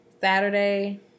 Saturday